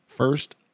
First